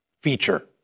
feature